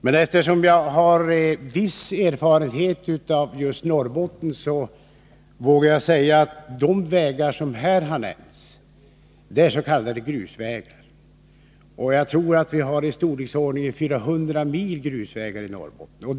Men eftersom jag har viss erfarenhet av just Norrbotten vågar jag säga följande. De vägar som här har nämnts är grusvägar, och jag tror att det finns i storleksordningen 400 mil grusvägar i Norrbotten.